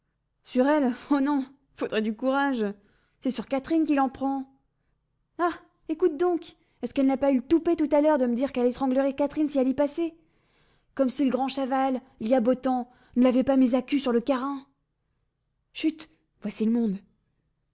sur elle oh non faudrait du courage c'est sur catherine qu'il en prend ah écoute donc est-ce qu'elle n'a pas eu le toupet tout à l'heure de me dire qu'elle étranglerait catherine si elle y passait comme si le grand chaval il y a beau temps ne l'avait pas mise à cul sur le carin chut voici le monde